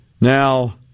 now